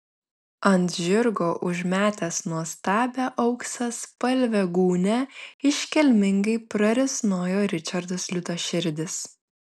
ant žirgo užmetęs nuostabią auksaspalvę gūnią iškilmingai prarisnojo ričardas liūtaširdis